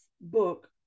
book